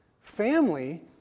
Family